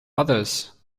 others